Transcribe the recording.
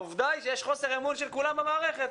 העובדה היא שיש חוסר אמון של כולם במערכת.